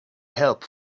help